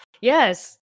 Yes